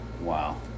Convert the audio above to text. Wow